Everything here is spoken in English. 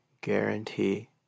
guarantee